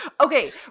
Okay